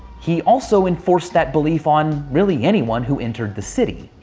he also enforced that belief on really anyone who entered the city.